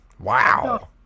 Wow